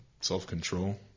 self-control